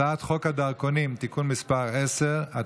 הצעת חוק הדרכונים (תיקון מס' 10),